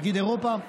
נגיד אירופה,